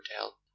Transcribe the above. hotel